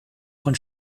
von